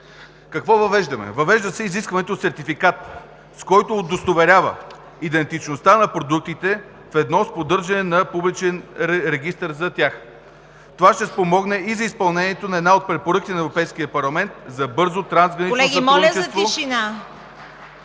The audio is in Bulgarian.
Какво въвеждаме? Въвежда се изискването „сертификат“, който удостоверява идентичността на продуктите ведно с поддържане на публичен регистър за тях. Това ще спомогне и за изпълнението на една от препоръките на Европейския парламент за бързо трансгранично сътрудничество…